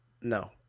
No